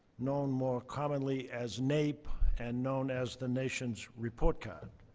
known more commonly as naep, and known as the nation's report card.